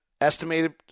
estimated